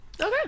Okay